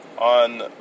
on